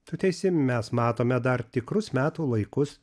tu teisi mes matome dar tikrus metų laikus